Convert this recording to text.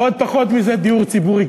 ועוד פחות מזה דיור ציבורי.